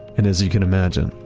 and as you can imagine,